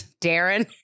Darren